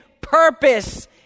purpose